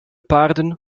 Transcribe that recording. paarden